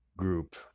group